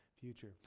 future